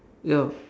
hello